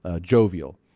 jovial